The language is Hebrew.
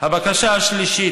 הבקשה שלישית,